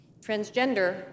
transgender